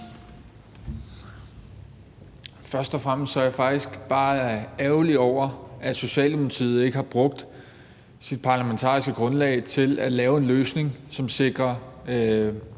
Først og fremmest er jeg faktisk bare ærgerlig over, at Socialdemokratiet ikke har brugt sit parlamentariske grundlag til at lave en løsning, som sikrer